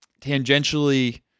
tangentially